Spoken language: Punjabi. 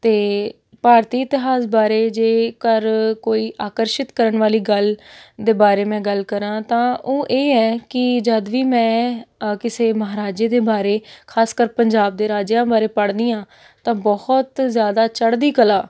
ਅਤੇ ਭਾਰਤੀ ਇਤਿਹਾਸ ਬਾਰੇ ਜੇਕਰ ਕੋਈ ਆਕਰਸ਼ਿਤ ਕਰਨ ਵਾਲੀ ਗੱਲ ਦੇ ਬਾਰੇ ਮੈਂ ਗੱਲ ਕਰਾਂ ਤਾਂ ਉਹ ਇਹ ਹੈ ਕਿ ਜਦ ਵੀ ਮੈਂ ਕਿਸੇ ਮਹਾਰਾਜੇ ਦੇ ਬਾਰੇ ਖਾਸਕਰ ਪੰਜਾਬ ਦੇ ਰਾਜਿਆਂ ਬਾਰੇ ਪੜ੍ਹਦੀ ਹਾਂ ਤਾਂ ਬਹੁਤ ਜ਼ਿਆਦਾ ਚੜ੍ਹਦੀ ਕਲਾ